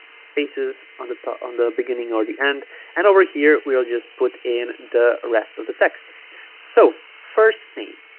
spaces on the top on the beginning or the end and over here we'll just put in the rest of the text so first name